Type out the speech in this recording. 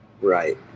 Right